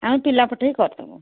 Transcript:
ଆମେ ପିଲା ପଠେଇକି କରିଦେବୁ